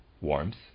warmth